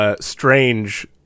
Strange